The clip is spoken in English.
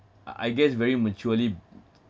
ah I guess very maturely